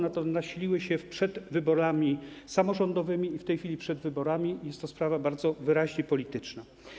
Nasiliły się przed wyborami samorządowymi i w tej chwili przed wyborami, jest to sprawa bardzo wyraźnie polityczna.